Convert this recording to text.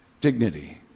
Dignity